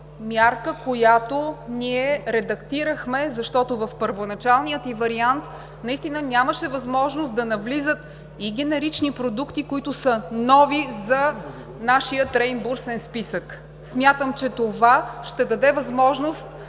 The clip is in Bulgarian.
която ние редактирахме, защото в първоначалния й вариант наистина нямаше възможност да навлизат и генерични продукти, които са нови за нашия реимбурсен списък. Смятам, че това ще даде възможност